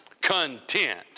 content